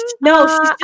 No